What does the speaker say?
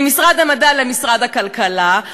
ממשרד המדע למשרד הכלכלה,